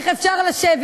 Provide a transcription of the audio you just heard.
איך אפשר לשבת.